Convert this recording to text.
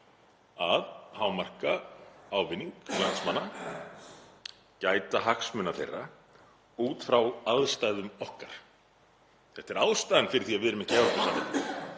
að hámarka ávinning landsmanna, gæta hagsmuna þeirra út frá aðstæðum okkar. Þetta er ástæðan fyrir því að við erum ekki í Evrópusambandinu.